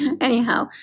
anyhow